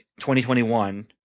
2021